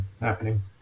happening